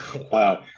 Wow